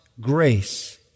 grace